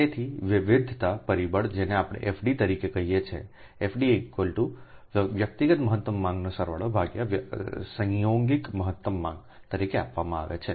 તેથી વિવિધતા પરિબળ જેને આપણે FD તરીકે કહીએ છીએ તે FD વ્યક્તિગત મહત્તમ માંગનો સરવાળો સંયોગિક મહત્તમ માંગ તરીકે આપવામાં આવે છે